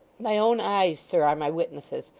my own eyes, sir, are my witnesses,